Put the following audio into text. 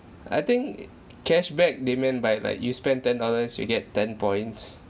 I think it cashback they meant by like you spend ten dollars you get ten points